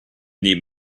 need